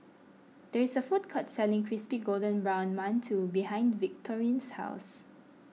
there is a food court selling Crispy Golden Brown Mantou behind Victorine's house